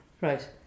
Right